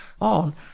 on